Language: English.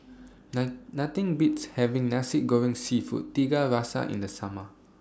Nothing Beats having Nasi Goreng Seafood Tiga Rasa in The Summer